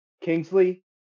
Kingsley